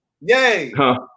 Yay